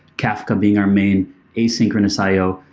kafka being our main asynchronous i o.